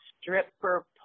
stripper